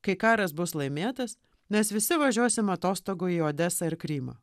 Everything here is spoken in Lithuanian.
kai karas bus laimėtas nes visi važiuosime atostogų į odesą ir krymą